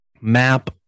map